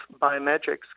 biometrics